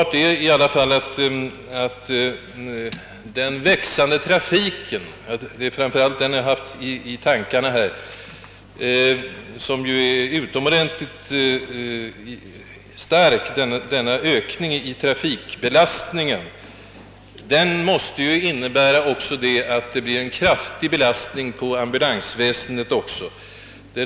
Det är alldeles uppenbart att den växande trafiken — det är framför allt den som jag har haft i tankarna, då jag frågade — måste innebära en allt hårdare belastning också på ambulansväsendet. Det rör sig här om mycket stora tal. Jag har fått en uppgift om att antalet bilar omedelbart efter kriget var omkring 200 000, nu är det bortåt 2 miljoner.